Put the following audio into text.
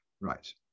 right